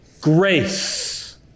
Grace